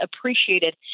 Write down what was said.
appreciated